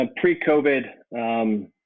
pre-COVID